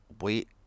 Wait